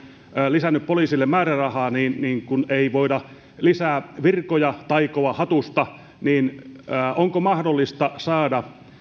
lisännyt poliisille määrärahaa mutta kun ei voida lisää virkoja taikoa hatusta niin onko mahdollista saada